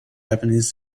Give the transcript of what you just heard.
japanese